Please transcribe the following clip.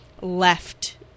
left